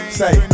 say